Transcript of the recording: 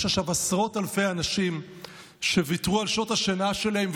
יש עכשיו עשרות אלפי אנשים שוויתרו על שעות השינה שלהם,